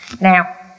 Now